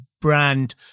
brand